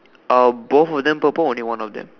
are both of them purple or only one of them